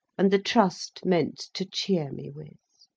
and the trust meant to cheer me with.